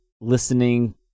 listening